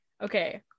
okay